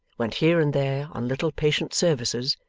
went here and there on little patient services,